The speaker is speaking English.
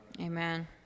Amen